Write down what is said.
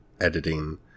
editing